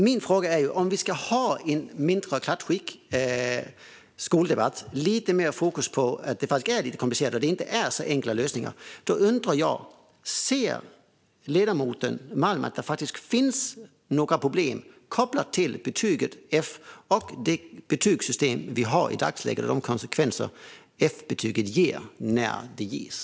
Min fråga är därför: Om vi ska ha en mindre klatschig skoldebatt och lite mer fokus på att detta faktiskt är komplicerat och att det inte finns några enkla lösningar undrar jag om ledamoten Malm ser att det finns problem kopplat till betyget F, det betygssystem vi har i dagsläget och de konsekvenser F-betyget ger när det ges.